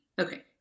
Okay